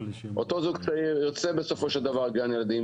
אותו זוג צעיר ירצה בסופו של דבר גן ילדים,